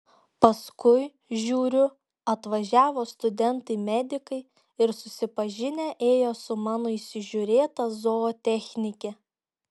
paskui žiūriu atvažiavo studentai medikai ir susipažinę ėjo su mano įsižiūrėta zootechnike